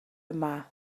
yma